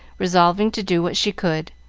resolving to do what she could,